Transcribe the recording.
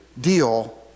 deal